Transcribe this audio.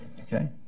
Okay